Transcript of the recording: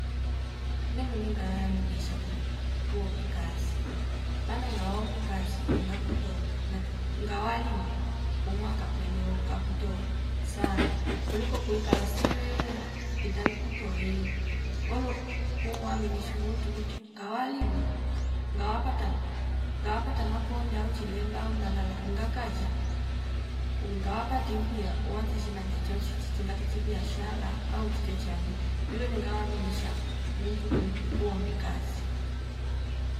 Ne mwininga ngaya minisha kuyu kuombi kazi maana ngaombi kazi inga kutoa natuku ngawa limu umwaka kweneu ngaa kutoa sanaa kuliko kwikala sile itangi kutoi bolo kuu waminishu muntu muti ngawalima ngawaka tami ngawaka tama konda uchilemba umbalala unga kazsha ungawapa timpiyo uwachi shina tatochichi ngatichi biashara au chite chani vilo lingawa minisha muntu kul kuombi kazi